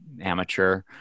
amateur